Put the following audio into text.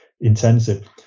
intensive